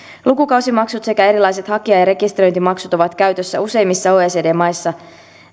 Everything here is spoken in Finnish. lukukausimaksut sekä erilaiset hakija ja rekisteröintimaksut ovat käytössä useimmissa oecd maissa